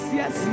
yes